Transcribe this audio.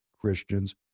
Christians